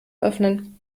öffnen